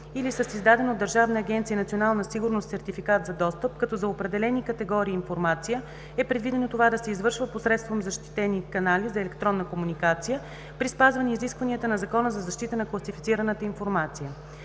или с издаден от Държавна агенция „Национална сигурност“ сертификат за достъп, като за определени категории информация е предвидено това да се извършва посредством защитени канали за електронна комуникация при спазване изискванията на Закона за защита на класифицираната информация.